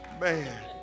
Man